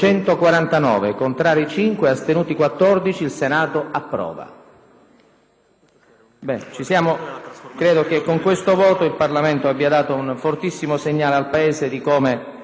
PRESIDENTE. Credo che con questo voto il Parlamento abbia dato un fortissimo segnale al Paese di come il contrasto alla mafia e alla criminalità organizzata postuli l'esigenza di una convergenza di